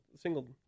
single